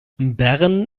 bern